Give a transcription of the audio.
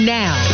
now